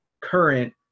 current